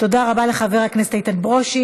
תודה רבה לחבר הכנסת איתן ברושי.